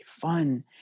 fun